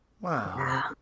Wow